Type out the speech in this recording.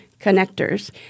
Connectors